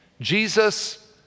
Jesus